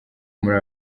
muri